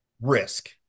risk